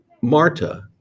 Marta